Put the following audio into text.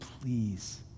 please